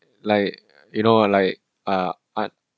like you know like ah art